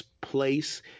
place